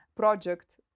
project